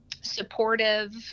supportive